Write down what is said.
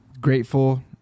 Grateful